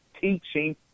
teaching